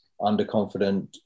underconfident